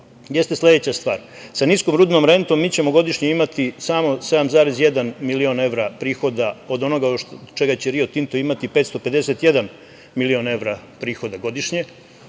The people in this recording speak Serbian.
jeste sledeća stvar. Sa niskom rudnom rentom mi ćemo godišnje imati samo 7,1 milion evra prihoda od onoga od čega će „Rio Tinto“ imati 551 milion evra prihoda godišnje.